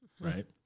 right